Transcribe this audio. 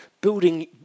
building